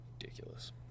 ridiculous